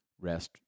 rest